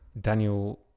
Daniel